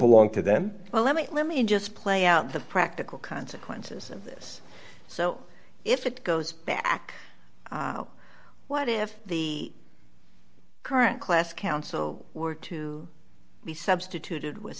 belong to them well let me let me just play out the practical consequences of this so if it goes back what if the current class council were to be substituted with